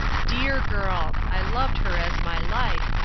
deer girl! i loved her as my life,